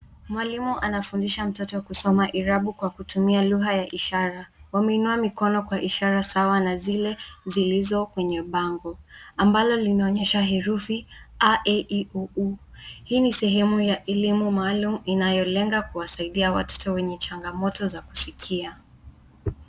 Mwalimu anafundisha mtoto kusoma hirabu kwa kutumia lugha ya ishara. Wameinua mikono kwa ishara sawa na zile zilizo kwenye bango, ambalo linaonyesha herufi, a, e,i,o,u. Hii ni sehemu ya elimu maalumu inayolenga kuwasaidia watoto wenye changamoto za kusikia.